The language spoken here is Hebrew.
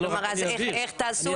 כלומר, אז איך תעשו את זה?